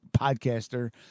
podcaster